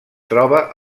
troba